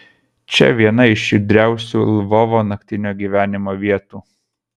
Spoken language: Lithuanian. čia viena iš judriausių lvovo naktinio gyvenimo vietų